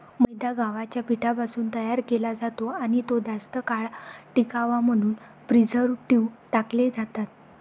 मैदा गव्हाच्या पिठापासून तयार केला जातो आणि तो जास्त काळ टिकावा म्हणून प्रिझर्व्हेटिव्ह टाकले जातात